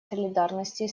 солидарности